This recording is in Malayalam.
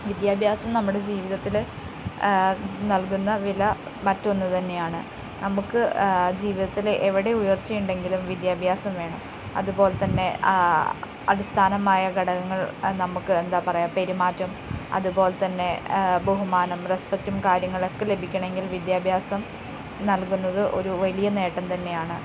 വിദ്യാഭ്യാസം നമ്മുടെ ജീവിതത്തിൽ നൽകുന്ന വില മറ്റൊന്നുതന്നെയാണ് നമുക്ക് ജീവിതത്തിൽ എവിടെ ഉയർച്ചയുണ്ടെങ്കിലും വിദ്യാഭ്യാസം വേണം അതുപോലെത്തന്നെ അടിസ്ഥാനമായ ഘടകങ്ങൾ നമുക്ക് എന്താ പറയുക പെരുമാറ്റം അതുപോലെത്തന്നെ ബഹുമാനം റെസ്പെക്റ്റും കാര്യങ്ങളൊക്കെ ലഭിക്കണമെങ്കിൽ വിദ്യാഭ്യാസം നൽകുന്നത് ഒരു വലിയ നേട്ടം തന്നെയാണ്